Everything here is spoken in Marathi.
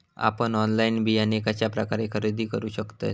आपन ऑनलाइन बियाणे कश्या प्रकारे खरेदी करू शकतय?